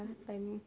mm mm